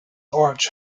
arch